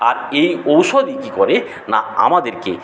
আর এই ঔষধই কী করে না আমাদেরকে